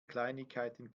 kleinigkeiten